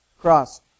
cross